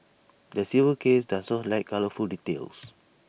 the civil case does not lack colourful details